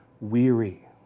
weary